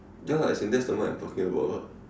ya as in that's the mic I'm talking about